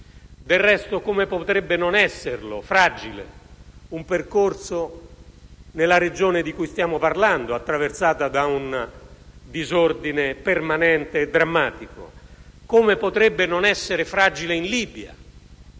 Del resto, come potrebbe non essere fragile un percorso nella regione di cui stiamo parlando, attraversata da un disordine permanente e drammatico? Come potrebbe non essere fragile in Libia?